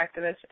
activists